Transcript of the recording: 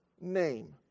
name